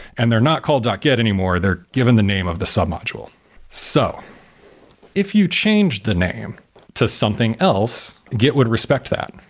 and they're not called git anymore. they're given the name of the sub-module so if you change the name to something else, git would respect that.